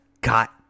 got